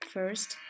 First